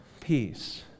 peace